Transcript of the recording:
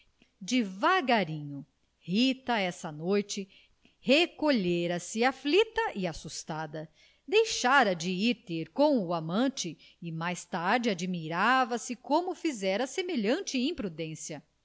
devagarinho rita essa noite recolhera-se aflita e assustada deixara de ir ter com o amante e mais tarde admirava-se como fizera semelhante imprudência